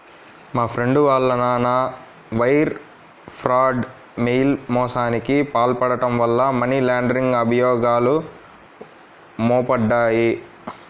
మా ఫ్రెండు వాళ్ళ నాన్న వైర్ ఫ్రాడ్, మెయిల్ మోసానికి పాల్పడటం వల్ల మనీ లాండరింగ్ అభియోగాలు మోపబడ్డాయి